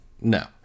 No